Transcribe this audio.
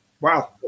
Wow